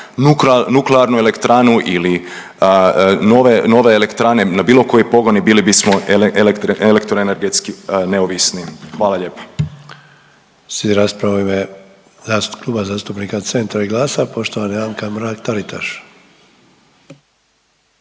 nuklearnu elektranu ili nove elektrane na bilo koji pogon i bili bismo elektroenergetski neovisni. Hvala lijepa. **Sanader, Ante (HDZ)** Slijedi rasprava u ime Kluba zastupnika Centra i GLAS-a poštovana Anka Mrak Taritaš.